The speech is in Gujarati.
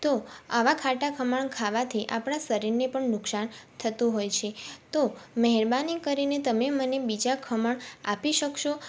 તો આવા ખાટા ખમણ ખાવાથી આપણા શરીરને પણ નુકસાન થતું હોય છે તો મહેરબાની કરીને તમે મને બીજા ખમણ આપી શકશો